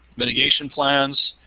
mitigation plans.